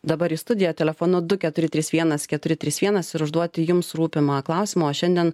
dabar į studiją telefonu du keturi trys vienas keturi trys vienas ir užduoti jums rūpimą klausimą o šiandien